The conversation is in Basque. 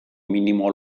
minimo